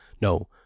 no